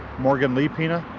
morgan lee pena.